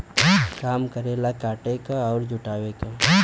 काम करेला काटे क अउर जुटावे क